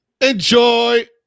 Enjoy